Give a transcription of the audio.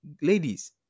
ladies